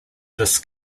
this